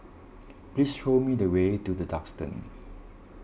please show me the way to the Duxton